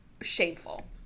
shameful